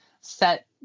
set